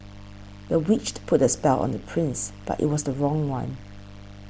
the witch put a spell on the prince but it was the wrong one